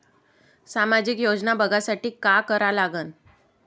सामाजिक योजना बघासाठी का करा लागन?